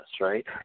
right